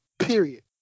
Period